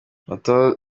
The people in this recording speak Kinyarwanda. abatoza